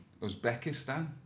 Uzbekistan